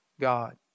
God